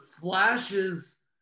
flashes